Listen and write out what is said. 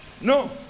No